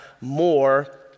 more